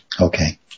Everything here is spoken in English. Okay